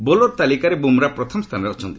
bowler ତାଲିକାରେ ବୁମ୍ରା ପ୍ରଥମ ସ୍ଥାନରେ ଅଛନ୍ତି